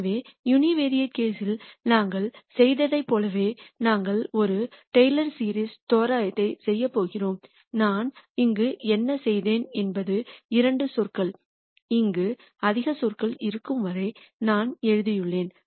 எனவே யூனிவெரைட் கேஸ்யில் நாங்கள் செய்ததைப் போலவே நாங்கள் ஒரு டெய்லர் சீரிஸ் தோராயத்தை செய்யப் போகிறோம் நான் இங்கு என்ன செய்தேன் என்பது இரண்டு சொற்கள் இங்கு அதிக சொற்கள் இருக்கும் வரை நான் எழுதியுள்ளேன்